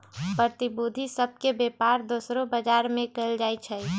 प्रतिभूति सभ के बेपार दोसरो बजार में कएल जाइ छइ